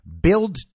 build